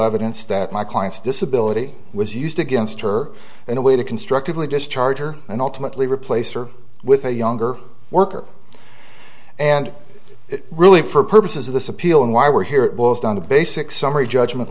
evidence that my client's disability was used against her in a way to constructively just charger and ultimately replace her with a younger worker and it really for purposes of this appeal and why we're here it goes down to basic summary judgment